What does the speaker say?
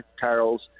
carols